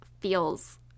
feels